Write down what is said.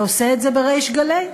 ועושה את זה בריש גלי.